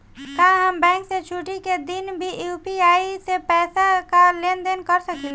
का हम बैंक के छुट्टी का दिन भी यू.पी.आई से पैसे का लेनदेन कर सकीले?